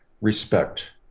respect